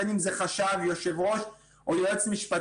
בין אם זה חשב או יושב-ראש או יועץ משפטי,